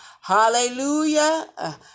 Hallelujah